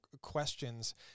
questions